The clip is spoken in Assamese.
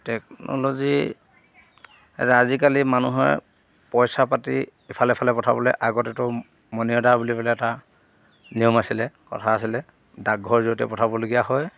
টেকন'ল'জি আজিকালি মানুহে পইচা পাতি ইফালে সিফালে পঠাবলৈ আগতেতো মনিঅৰ্দাৰ বুলি পেলাই এটা নিয়ম আছিলে কথা আছিলে ডাকঘৰৰ জৰিয়তে পঠাবলগীয়া হয়